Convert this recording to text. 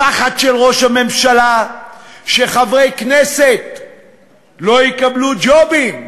הפחד של ראש הממשלה שחברי כנסת שלא יקבלו ג'ובים,